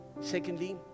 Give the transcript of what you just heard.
Secondly